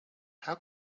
how